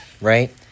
right